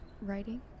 writing